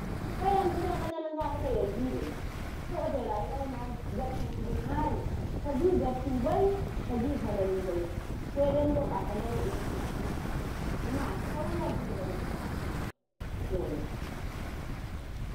Ka yanɗikaye ka Ndala zafikau yanɗibai to ote rayuwai naye Ngattu tuku naye kagi gattubai kagi falalubai, saidai maroƃaka Ndage iletum sauki mumayaka sauki agii Ndagei yauwa.